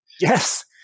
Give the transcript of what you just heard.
yes